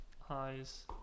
Highs